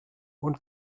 und